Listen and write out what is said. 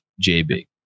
jb